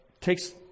takes